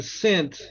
sent